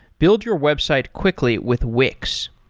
build your website quickly with wix.